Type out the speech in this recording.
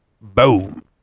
Boom